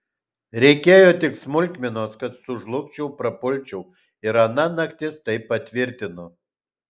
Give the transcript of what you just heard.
reikėjo tik smulkmenos kad sužlugčiau prapulčiau ir ana naktis tai patvirtino